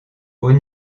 haut